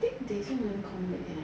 think they also haven come back eh